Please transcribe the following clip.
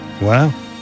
Wow